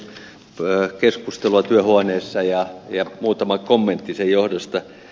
kuuntelin keskustelua työhuoneessa ja muutama kommentti sen johdosta